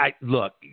look